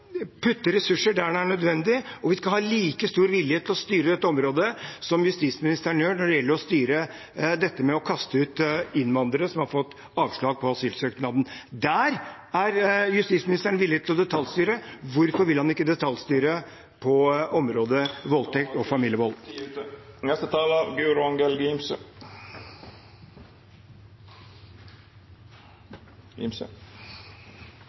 putte ressurser inn der det er nødvendig, og vi skal ha like stor vilje til å styre dette området som justisministeren har når det gjelder å styre dette med å kaste ut innvandrere som har fått avslag på asylsøknaden sin. Der er justisministeren villig til å detaljstyre – hvorfor vil han ikke detaljstyre på områdene voldtekt og familievold?